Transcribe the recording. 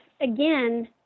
again